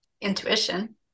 Intuition